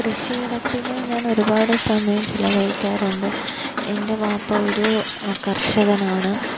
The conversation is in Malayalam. കൃഷിയിടത്തില് ഞാൻ ഒരുപാട് സമയം ചെലവഴിക്കാറുണ്ട് എൻ്റെ വാപ്പ ഒരു കർഷകനാണ്